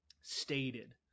stated